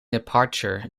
departure